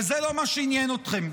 אבל זה לא מה שעניין אתכם.